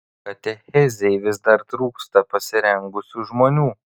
katechezei vis dar trūksta pasirengusių žmonių